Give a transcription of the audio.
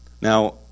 Now